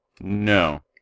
No